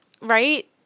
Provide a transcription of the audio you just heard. right